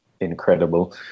incredible